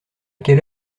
quelle